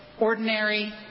Ordinary